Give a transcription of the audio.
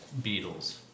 Beatles